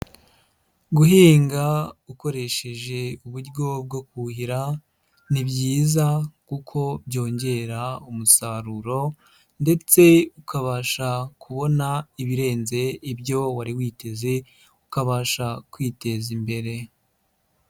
Guhinga ukoresheje uburyo bwo kuhira ni byiza kuko byongera umusaruro ndetse ukabasha kubona ibirenze ibyo wari witeze ukabasha kwiteza imbere.